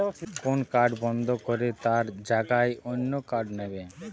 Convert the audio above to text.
কোন কার্ড বন্ধ করে তার জাগায় অন্য কার্ড নেব